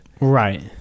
Right